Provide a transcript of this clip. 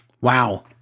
Wow